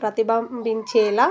ప్రతిబింబించేలా